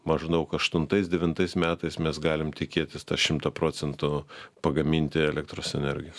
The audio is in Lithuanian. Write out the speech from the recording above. maždaug aštuntais devintais metais mes galim tikėtis tą šimtą procentų pagaminti elektros energijos